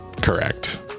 correct